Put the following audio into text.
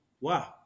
wow